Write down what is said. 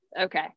okay